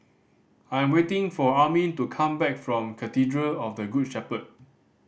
I am waiting for Armin to come back from Cathedral of the Good Shepherd